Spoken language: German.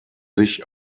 sich